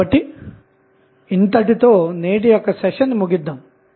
కాబట్టి ఇంతటితో నేటి సెషన్ను ముగిద్దాము